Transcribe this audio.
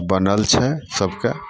बनल छै सबके